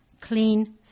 clean